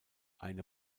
eine